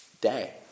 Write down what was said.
day